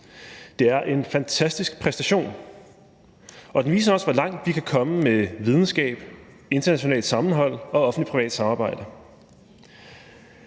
Det er en fantastisk præstation, og det viser også, hvor langt vi kan komme med videnskab, internationalt sammenhold og offentlig-privat samarbejde.